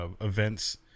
events